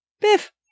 Biff